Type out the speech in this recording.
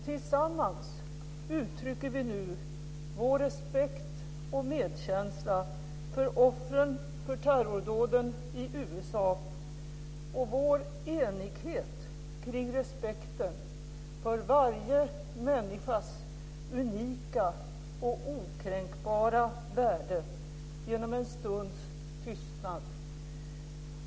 Tillsammans uttrycker vi nu vår respekt och medkänsla för offren för terrordåden i USA och vår enighet kring respekten för varje människas unika och okränkbara värde genom en stunds tystnad.